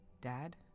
Dad